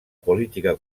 política